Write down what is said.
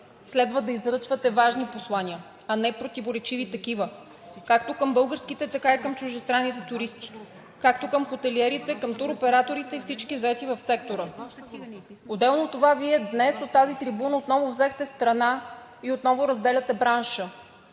следва да излъчвате важни послания, а не противоречиви такива както към българските, така и към чуждестранните туристи, както и към хотелиерите, към туроператорите и всички заети в сектора. Отделно от това Вие днес, от тази трибуна, отново взехте страна и отново разделяте бранша.